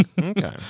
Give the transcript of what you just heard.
Okay